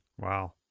wow